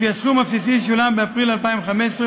וכי הסכום הבסיסי ישולם באפריל 2015,